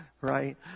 right